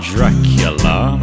Dracula